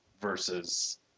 versus